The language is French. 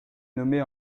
nommée